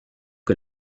que